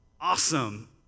awesome